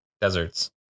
Deserts